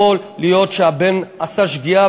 יכול להיות שהבן עשה שגיאה,